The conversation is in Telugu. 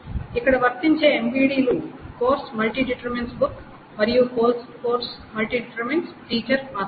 ఇక్కడ వర్తించే MVDలు కోర్సు↠బుక్ మరియు కోర్సు↠టీచర్ మాత్రమే